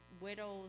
widows